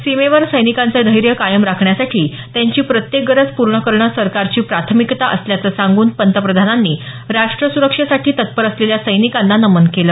सीमेवर सैनिकांचं धैर्य कायम राखण्यासाठी त्यांची प्रत्येक गरज पूर्ण करणं सरकारची प्राथमिकता असल्याचं सांगून पंतप्रधानांनी राष्ट्र सुरक्षेसाठी तत्पर असलेल्या सैनिकांना नमन केलं